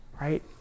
right